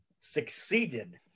succeeded